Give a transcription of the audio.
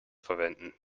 verwenden